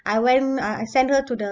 I went uh I send her to the